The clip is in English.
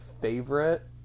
favorite